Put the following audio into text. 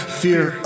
fear